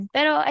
Pero